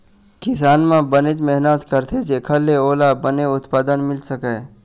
किसानी म बनेच मेहनत करथे जेखर ले ओला बने उत्पादन मिल सकय